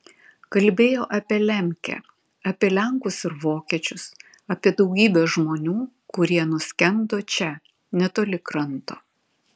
kalbėjo apie lemkę apie lenkus ir vokiečius apie daugybę žmonių kurie nuskendo čia netoli kranto